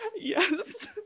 Yes